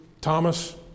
Thomas